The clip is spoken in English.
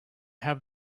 have